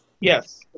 Yes